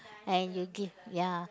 and you give ya